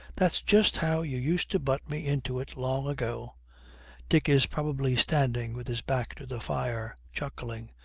that's just how you used to butt me into it long ago dick is probably standing with his back to the fire, chuckling.